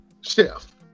chef